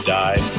die